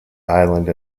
island